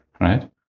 right